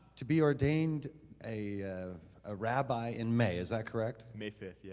to be ordained a ah rabbi in may, is that correct? may fifth, yeah